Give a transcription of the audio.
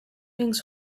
things